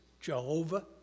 Jehovah